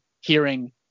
hearing